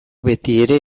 betiere